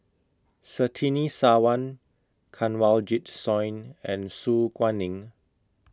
Surtini Sarwan Kanwaljit Soin and Su Guaning